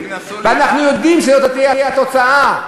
ואנחנו יודעים שזו תהיה התוצאה.